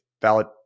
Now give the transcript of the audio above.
valid